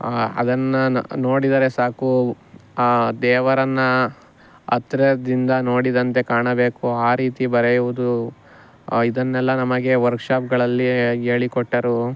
ಅದನ್ನು ನ ನೋಡಿದರೆ ಸಾಕು ಆ ದೇವರನ್ನು ಹತ್ರದಿಂದ ನೋಡಿದಂತೆ ಕಾಣಬೇಕು ಆ ರೀತಿ ಬರೆಯುವುದು ಇದನ್ನೆಲ್ಲ ನಮಗೆ ವರ್ಕ್ಶಾಪ್ಗಳಲ್ಲಿ ಹೇಳಿಕೊಟ್ಟರು